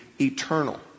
eternal